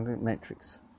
matrix